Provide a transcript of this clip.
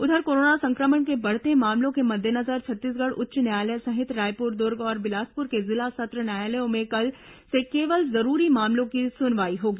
उधर कोरोना संक्रमण के बढ़ते मामलों के मद्देनजर छत्तीसगढ़ उच्च न्यायालय सहित रायपुर दुर्ग और बिलासपुर के जिला सत्र न्यायालयों में कल से केवल जरूरी मामलों की सुनवाई होगी